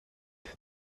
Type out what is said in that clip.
est